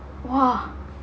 !wah!